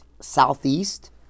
southeast